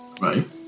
right